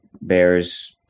bears